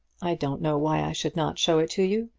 i don't know why i should not show it to you.